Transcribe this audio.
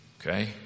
Okay